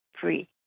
free